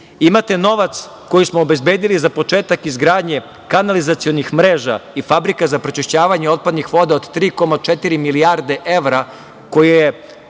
50%.Imate novac koji smo obezbedili za početak izgradnje kanalizacionih mreža i fabrike za prečišćavanje otpadnih voda od 3,4 milijarde evra, koje je